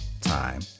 time